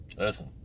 listen